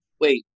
wait